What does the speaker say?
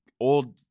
old